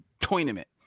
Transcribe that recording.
tournament